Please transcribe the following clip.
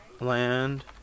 Land